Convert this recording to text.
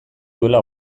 duela